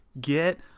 Get